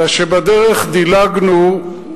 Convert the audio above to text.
אלא שבדרך דילגנו,